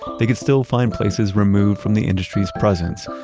they could still find places removed from the industry's presence,